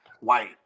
white